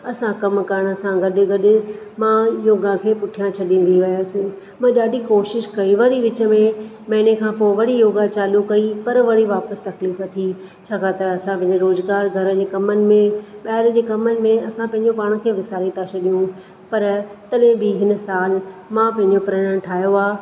असां कमु करण सां गॾु गॾु मां इहो काफ़ी पुठियां छॾंदी वयसि मां ॾाढी कोशिशि कई वरी विच में महिने खां पोइ वरी योगा चालू कई पर वरी वापासि तकलीफ़ थी छा करे त असां पंहिंजे रोज़गार घरु जे कमनि में ॿाहिरि जे कमनि में असां पंहिंजे पाण खे विसारे था छॾूं पर तॾहिं बि हिन साल मां पंहिंजो प्रणु ठाहियो आहे